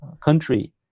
country